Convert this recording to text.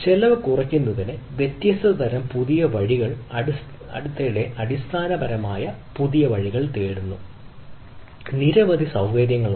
ചെലവ് കുറയ്ക്കുന്നതിന് വ്യത്യസ്ത തരം പുതിയ വഴികൾ കുറയ്ക്കുന്നതിന് അടുത്തിടെ സ്ഥാപനപരമായ പുതിയ വഴികൾ തേടുന്നു നിരവധി സൌകര്യങ്ങൾ ഉണ്ട്